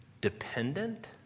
dependent